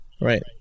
right